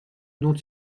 dont